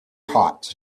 hot